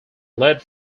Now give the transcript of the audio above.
led